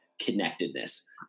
connectedness